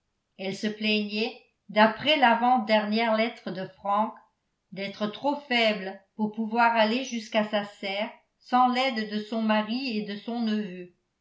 elle se plaignait d'après l'avant-dernière lettre de frank d'être trop faible pour pouvoir aller jusqu'à sa serre sans l'aide de son mari et de son neveu